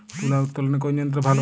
তুলা উত্তোলনে কোন যন্ত্র ভালো?